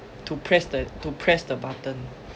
to press the to press the button